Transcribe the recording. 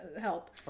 help